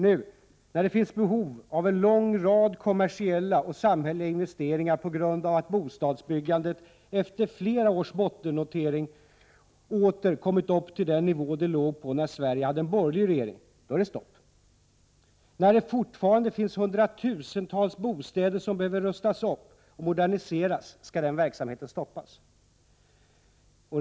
Nu, när det finns behov av en lång rad kommersiella och samhälleliga investeringar på grund av att bostadsbyggandet efter flera års bottennotering åter kommit upp till den nivå det låg på när Sverige hade en borgerlig regering, då är det stopp. När det fortfarande finns hundratusentals bostäder som behöver rustas upp och moderniseras, då skall den verksamheten stoppas.